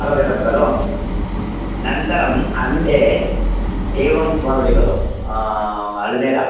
अवगतं खलु नन्तरम् अन्ते एवं भवति खलु अल्मेरा